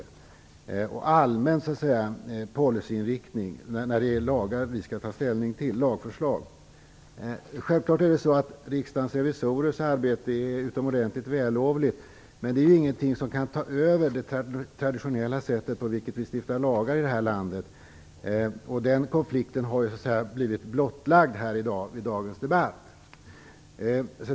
Vi kan inte hålla på med allmän policyinriktning när det ju är lagförslag vi skall ta ställning till. Riksdagens revisorers arbete är självfallet utomordentligt vällovligt, men det kan inte få ta över det traditionella sätt som vi stiftar lagar på i det här landet. Denna konflikt har blivit blottlagd i dagens debatt.